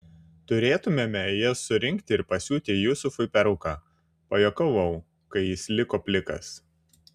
turėtumėme jas surinkti ir pasiūti jusufui peruką pajuokavau kai jis liko plikas